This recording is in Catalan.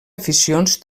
aficions